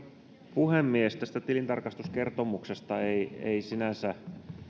puhemies tästä tilintarkastuskertomuksesta ei ei sinänsä ole